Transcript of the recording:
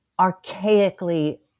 archaically